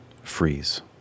freeze